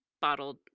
bottled